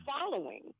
following